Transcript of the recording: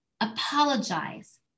apologize